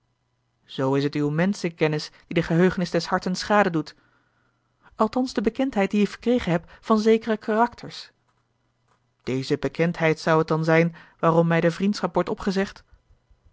zoo is het uwe menschenkennis die de geheugenis des harten schade doet althans de bekendheid die ik verkregen heb van zekere karakters deze bekendheid zou het dan zijn waarom mij de vriendschap wordt opgezegd